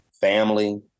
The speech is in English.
family